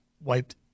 wiped